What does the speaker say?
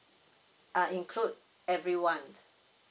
err include everyone